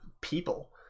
people